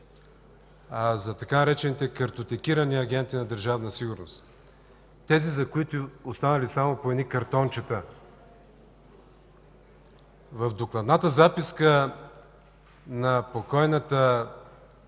– за така наречените „картотекирани агенти на Държавна сигурност”. Тези, за които са останали само едни картончета. В докладната записка на покойната